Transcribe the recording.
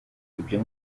ibyo